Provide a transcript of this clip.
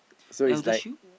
ElderShield